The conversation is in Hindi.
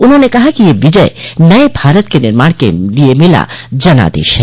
उन्होंने कहा कि यह विजय नये भारत के निर्माण के लिए मिला जनादेश है